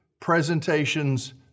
presentations